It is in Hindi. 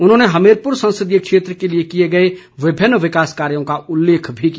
उन्होंने हमीरपुर संसदीय क्षेत्र के लिए किए गेए विभिन्न विकास कार्यों का उल्लेख भी किया